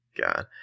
God